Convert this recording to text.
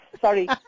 Sorry